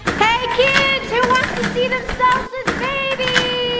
hey kids, who wants to see themselves as babies?